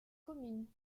commune